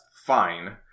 Fine